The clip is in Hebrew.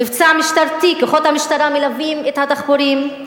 מבצע משטרתי, כוחות המשטרה מלווים את הדחפורים,